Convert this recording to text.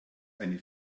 eine